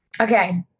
Okay